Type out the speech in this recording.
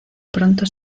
pronto